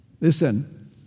Listen